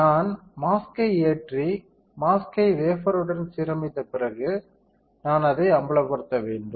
நான் மாஸ்க்யை ஏற்றி மாஸ்க்யை வேஃப்பருடன் சீரமைத்த பிறகு நான் அதை அம்பலப்படுத்த வேண்டும்